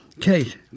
Kate